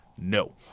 no